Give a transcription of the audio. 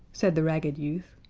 said the ragged youth.